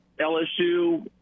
LSU